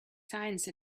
science